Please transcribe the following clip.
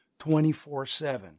24-7